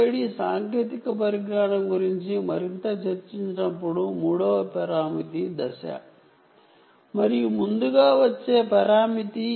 RFID సాంకేతిక పరిజ్ఞానం గురించి మరింత చర్చించినప్పుడు రెండవ పారామీటర్ RSSI అని మీరు చూడవచ్చు ఇది మూడవ పారామీటర్ ఫేజ్